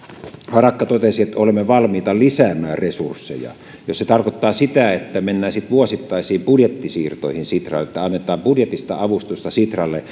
harakka totesi että olemme valmiita lisäämään resursseja jos se tarkoittaa sitä että mennään sitten vuosittaisiin budjettisiirtoihin sitralle että annetaan budjetista avustusta sitralle